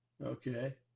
okay